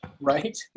right